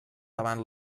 davant